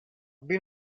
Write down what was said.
been